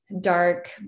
dark